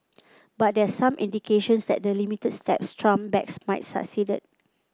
but there are some indications that the limited steps Trump backs might succeed